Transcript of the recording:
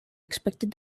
expected